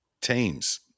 teams